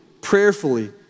prayerfully